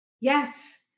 Yes